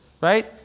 right